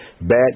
bad